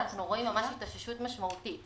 אנחנו רואים ממש התאוששות משמעותית.